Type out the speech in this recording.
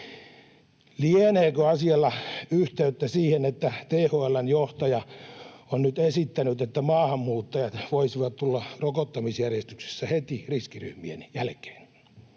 Lieneekö asialla yhteyttä siihen, että THL:n johtaja on nyt esittänyt, että maahanmuuttajat voisivat tulla rokottamisjärjestyksessä heti riskiryhmien jälkeen?